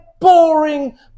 boring